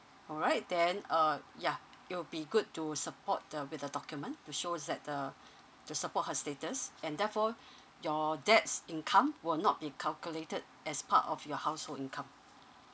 alright then uh yeah it will be good to support the with the document to shows that to support her status and therefore your dad's income will not be calculated as part of your household income